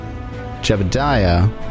Jebediah